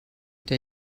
der